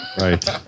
Right